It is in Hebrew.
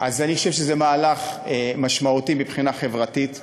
אז אני חושב שזה מהלך משמעותי מבחינה חברתית